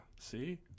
see